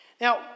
Now